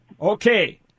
Okay